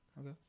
Okay